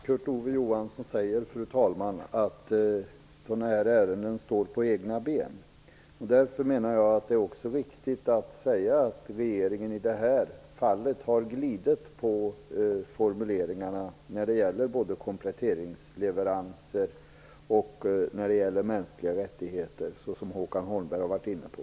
Fru talman! Det är riktigt som Kurt Ove Johansson säger, att sådana här ärenden står på egna ben. Därför menar jag att det också är riktigt att säga att regeringen i det här fallet har glidit på formuleringarna när det gäller både kompletteringsleveranser och mänskliga rättigheter, vilket Håkan Holmberg varit inne på.